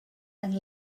and